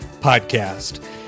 Podcast